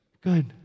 Good